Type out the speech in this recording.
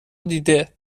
دیده